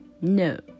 No